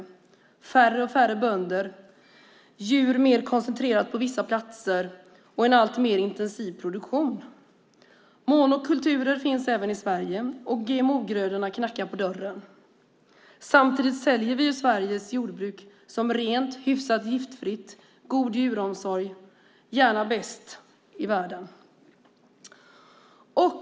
Det blir färre och färre bönder med djur mer koncentrerade på vissa platser och en alltmer intensiv produktion. Monokulturer finns även i Sverige, och GMO-grödorna knackar på dörren. Samtidigt säljer vi Sveriges jordbruk som rent, hyfsat giftfritt med god djuromsorg och gärna bäst i världen.